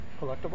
Collectible